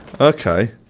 Okay